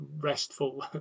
restful